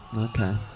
okay